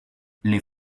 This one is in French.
les